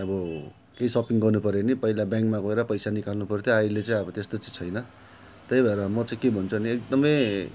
अब केही सपिङ गर्नुपऱ्यो भने पहिला ब्याङ्कमा गएर पैसा निकाल्नु पर्थ्यो अहिले चाहिँ अब त्यस्तो चाहिँ छैन त्यही भएर म चाहिँ के भन्छु भने एकदमै